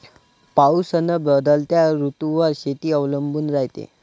पाऊस अन बदलत्या ऋतूवर शेती अवलंबून रायते